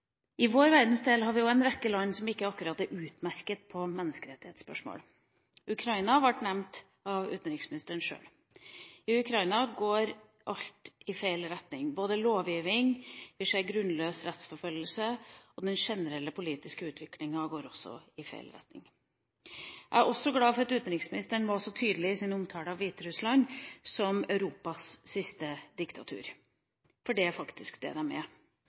I vår verdensdel har vi også en rekke land som ikke akkurat utmerker seg i menneskerettighetsspørsmål. Ukraina ble nevnt av utenriksministeren sjøl. I Ukraina går alt i feil retning både med tanke på lovgivning og grunnløs rettsforfølgelse. Den generelle politiske utviklinga går også i feil retning. Jeg er også glad for at utenriksministeren var så tydelig i sin omtale av Hviterussland som «Europas siste diktatur» – for det er faktisk det